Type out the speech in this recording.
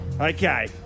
Okay